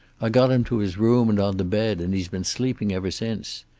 i got him to his room and on the bed, and he's been sleeping ever since.